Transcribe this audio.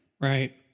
Right